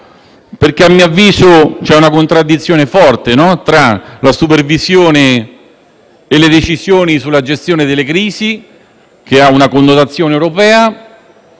A mio avviso, c'è una contraddizione forte tra la supervisione e le decisioni sulla gestione delle crisi, che ha una connotazione europea,